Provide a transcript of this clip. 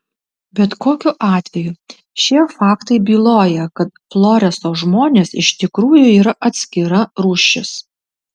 bet kokiu atveju šie faktai byloja kad floreso žmonės iš tikrųjų yra atskira rūšis